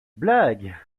blague